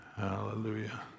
hallelujah